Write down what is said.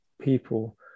people